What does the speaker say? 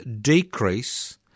decrease